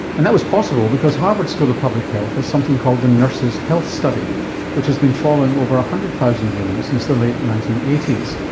and that was possible because harvard school of public health has something called the nurses' health study which has been following over one hundred thousand women since the late nineteen eighty s,